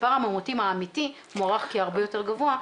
מספר המאומתים האמיתי מוערך כהרבה יותר גבוה.